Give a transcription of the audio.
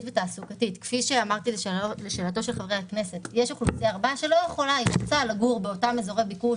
יש אוכלוסייה שרוצה לגור באותם אזורי ביקוש,